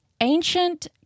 ancient